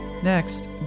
Next